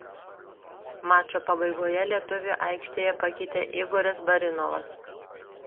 mačo pabaigoje lietuvį aikštėje pakeitė igoris barinovas